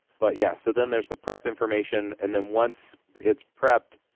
but yeah. so, then there's the prep information. and then once it's prepped,